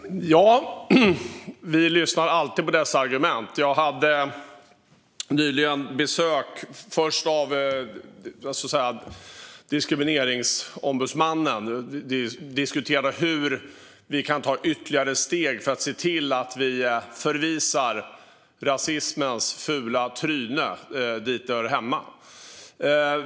Herr talman! Vi lyssnar alltid på dessa argument. Jag hade nyligen besök av Diskrimineringsombudsmannen. Vi diskuterade hur vi kan ta ytterligare steg för att se till att vi förvisar rasismens fula tryne dit den hör hemma.